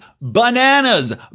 bananas